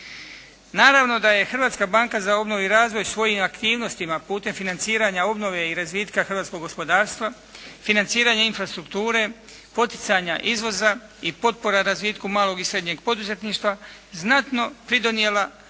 Naravno da je Hrvatska banka za obnovu i razvoj svojim aktivnostima putem financiranja obnove i razvitka hrvatskog gospodarstva, financiranja infrastrukture, poticanja izvoza i potpora razvitku malog i srednjeg poduzetništva znatno pridonijela gospodarskom